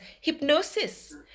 Hypnosis